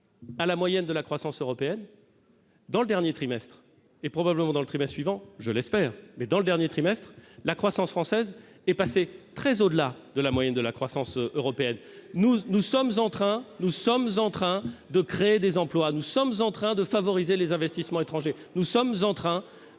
à la moyenne de la croissance européenne, au cours du dernier trimestre, et il en sera probablement de même cours du trimestre suivant- je l'espère en tout cas -, la croissance française est passée très au-dessus de la moyenne de la croissance européenne. Nous sommes en train de créer des emplois, nous sommes en train de favoriser les investissements étrangers, nous sommes en train